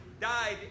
died